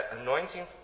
anointing